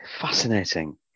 Fascinating